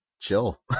chill